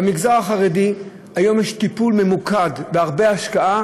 במגזר החרדי היום יש טיפול ממוקד והרבה השקעה